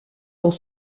dans